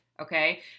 okay